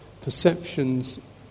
perceptions